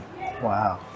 wow